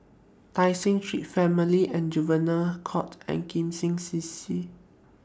Tai Seng Street Family and Juvenile Court and Kim Seng C C